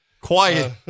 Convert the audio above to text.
Quiet